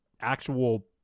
actual